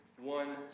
one